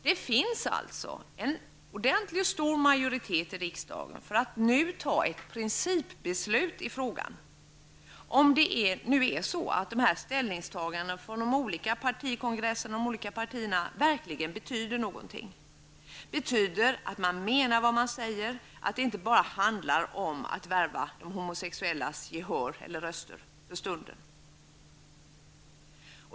Det finns alltså en ordentlig och stor majoritet i riksdagen för att nu ta ett principbeslut i frågan -- om nu de här ställningstagandena från de olika partierna och partikongresserna verkligen betyder någonting, om de betyder att man menar vad man säger, så att det inte bara handlar om att värva de homosexuellas röster för stunden.